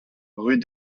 rue